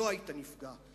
לא היית נפגע.